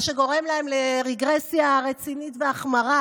מה שגורם להם לרגרסיה רצינית והחמרה,